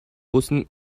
bussen